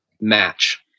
match